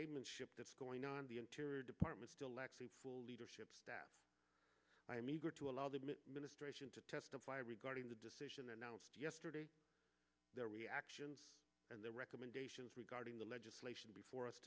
game and ship that's going on the interior department still lexy full leadership staff i am eager to allow the ministration to testify regarding the decision announced yesterday their reactions and their recommendations regarding the legislation before us